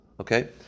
Okay